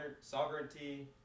sovereignty